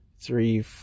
three